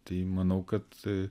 tai manau kad